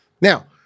Now